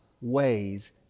ways